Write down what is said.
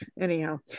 anyhow